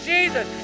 Jesus